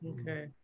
Okay